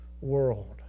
world